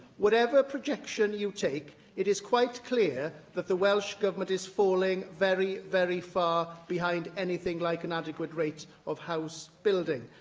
whatever projection you take, it is quite clear that the welsh government is falling very, very far behind anything like an adequate rate of house building.